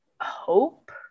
hope